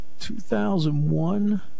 2001